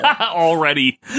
already